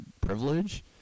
privilege